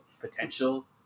potential